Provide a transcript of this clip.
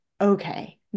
okay